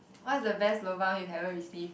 what's the best lobang you've ever received